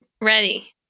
Ready